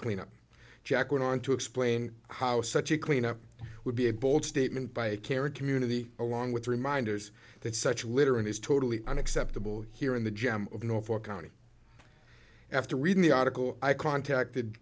cleanup jack went on to explain how such a cleanup would be a bold statement by a carrot community along with reminders that such littering is totally unacceptable here in the gem of norfolk county after reading the article i contacted